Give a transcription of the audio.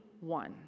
one